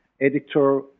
editor